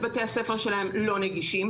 בתי הספר שלהם לא נגישים,